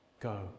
Go